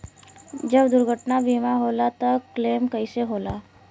जब दुर्घटना बीमा होला त क्लेम कईसे होला?